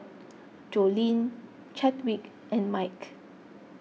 Joleen Chadwick and Mike